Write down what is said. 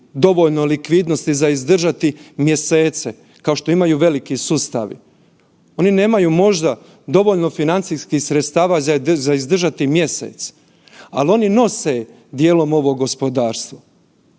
dovoljno likvidnosti za izdržati mjesece kao veliki sustavi, oni nemaju možda dovoljno financijskih sredstava za izdržati mjesec, ali oni nose dijelom ovo gospodarstvo,